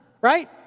right